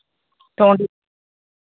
ᱛᱚ